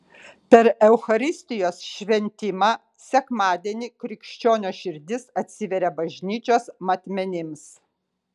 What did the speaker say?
per eucharistijos šventimą sekmadienį krikščionio širdis atsiveria bažnyčios matmenims